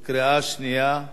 בקריאה שנייה.